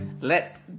let